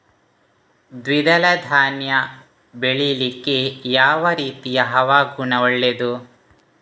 ದ್ವಿದಳ ಧಾನ್ಯ ಬೆಳೀಲಿಕ್ಕೆ ಯಾವ ರೀತಿಯ ಹವಾಗುಣ ಒಳ್ಳೆದು?